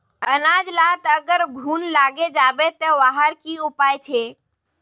अनाज लात अगर घुन लागे जाबे ते वहार की उपाय छे?